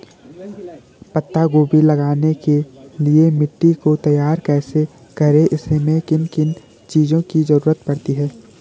पत्ता गोभी लगाने के लिए मिट्टी को तैयार कैसे करें इसमें किन किन चीज़ों की जरूरत पड़ती है?